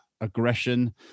aggression